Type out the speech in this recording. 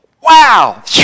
Wow